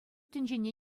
тӗнчене